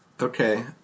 Okay